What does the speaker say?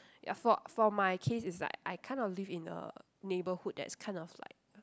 ya for for my case it's like I kind of live in a neighbourhood that's kind of like